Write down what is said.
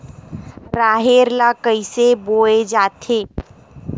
राहेर ल कइसे बोय जाथे?